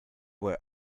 were